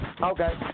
Okay